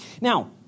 Now